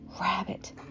rabbit